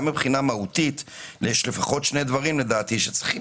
גם מבחינה מהותית יש לפחות שני דברים לדעתי שצריכים